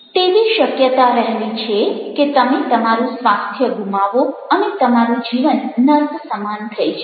તેવી શક્યતા રહેલી છે કે તમે તમારું સ્વાસ્થ્ય ગુમાવો અને તમારું જીવન નર્ક સમાન થઇ જાય